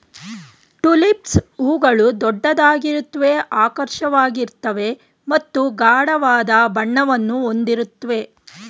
tulips ಹೂಗಳು ದೊಡ್ಡದಾಗಿರುತ್ವೆ ಆಕರ್ಷಕವಾಗಿರ್ತವೆ ಮತ್ತು ಗಾಢವಾದ ಬಣ್ಣವನ್ನು ಹೊಂದಿರುತ್ವೆ